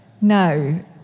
No